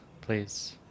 please